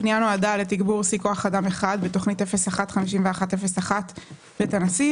הפנייה נועדה לתגבור שיא כוח אדם בתכנית 015101 בית הנשיא.